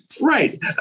Right